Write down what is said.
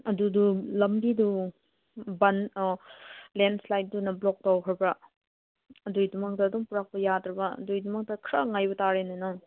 ꯑꯗꯨꯗꯨ ꯂꯝꯕꯤꯗꯨ ꯕꯟ ꯂꯦꯟ ꯏꯁꯂꯥꯏꯗꯇꯨꯅ ꯕ꯭ꯂꯣꯛ ꯇꯧꯈ꯭ꯔꯕ ꯑꯗꯨꯒꯤꯗꯃꯛꯇ ꯑꯗꯨꯝ ꯄꯨꯔꯛꯄ ꯌꯥꯗ꯭ꯔꯕ ꯑꯗꯨꯒꯤꯗꯃꯛꯇ ꯈꯔ ꯉꯥꯏꯕ ꯇꯥꯔꯦꯅꯦ ꯅꯪ